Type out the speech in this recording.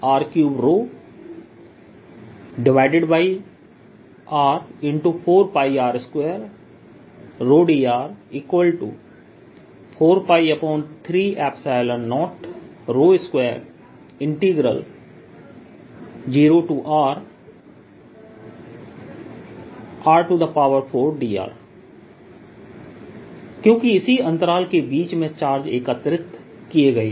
E14π04π3r3r×4πr2ρdr4π3020Rr4dr क्योंकि इसी अंतराल के बीच में चार्ज एकत्रित किए गए हैं